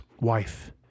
wife